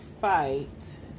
fight